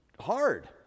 hard